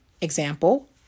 example